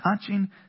touching